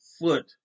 Foot